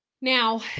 Now